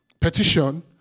petition